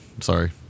sorry